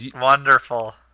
Wonderful